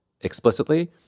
explicitly